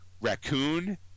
raccoon